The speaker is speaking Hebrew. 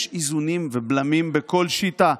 יש איזונים ובלמים בכל שיטה.